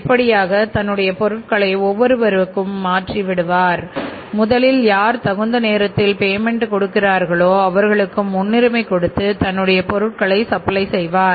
இப்படியாக தன்னுடைய பொருட்களை ஒவ்வொருவருக்கும் மாற்றிவிடுவார் முதலில் யார் தகுந்த நேரத்தில் பேமெண்ட் கொடுக்கிறார்களோ அவர்களுக்கு முன்னுரிமை கொடுத்து தன்னுடைய பொருட்களை சப்ளை செய்வார்